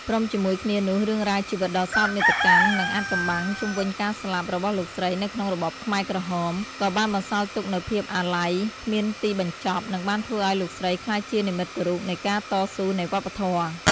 ព្រមជាមួយគ្នានោះ រឿងរ៉ាវជីវិតដ៏សោកនាដកម្ម និង អាថ៌កំបាំងជុំវិញការស្លាប់ របស់លោកស្រីនៅក្នុងរបបខ្មែរក្រហម ក៏បានបន្សល់ទុកនូវភាពអាល័យគ្មានទីបញ្ចប់ និងបានធ្វើឲ្យលោកស្រីក្លាយជានិមិត្តរូបនៃការតស៊ូនៃវប្បធម៌។